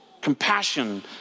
Compassion